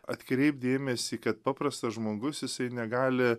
atkreipt dėmesį kad paprastas žmogus jisai negali